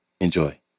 Enjoy